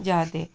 जा'रदे